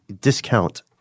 discount